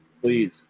please